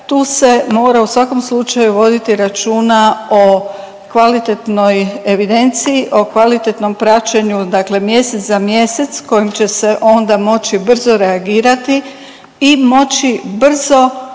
Tu se mora u svakom slučaju voditi računa o kvalitetnoj evidenciji, o kvalitetnom praćenju dakle mjesec, za mjesec kojim će se onda moći brzo reagirati i moći brzo